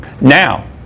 Now